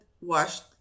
washed